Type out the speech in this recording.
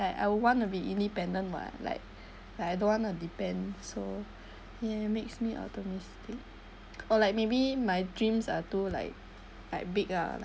I want to be independent [what] like like I don't want to depend so it makes me optimistic or like maybe my dreams are too like like big lah